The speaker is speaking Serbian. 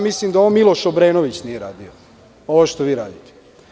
Mislim da ovo ni Miloš Obrenović nije radio, ovo što vi radite.